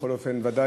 בכל אופן אני,